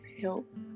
help